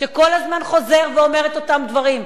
שכל הזמן חוזר ואומר את אותם דברים,